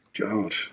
God